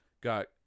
got